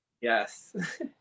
Yes